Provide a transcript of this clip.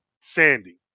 Sandy